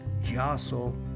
jostle